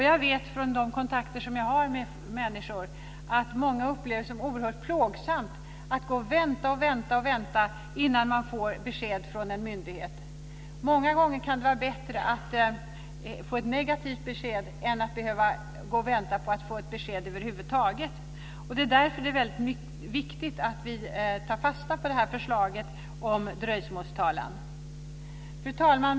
Jag vet av de kontakter jag har med människor att många upplever det som oerhört plågsamt att gå och vänta och vänta innan de får besked från en myndighet. Många gånger kan det vara bättre att få ett negativt besked än att behöva gå och vänta på att få ett besked över huvud taget. Det är därför som det är viktigt att vi tar fasta på förslaget om dröjsmålstalan. Fru talman!